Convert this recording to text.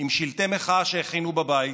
עם שלטי מחאה שהכינו בבית,